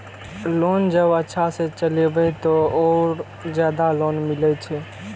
Loan जब अच्छा से चलेबे तो और ज्यादा लोन मिले छै?